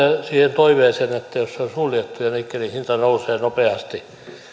toiveeseen että jos se on suljettu ja nikkelin hinta nousee nopeasti